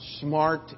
smart